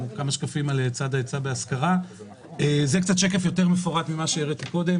זה שקף יותר מפורט ממה שהראיתי קודם,